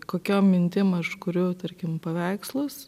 kokiom mintim aš kuriu tarkim paveikslus